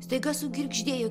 staiga sugirgždėjo